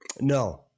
No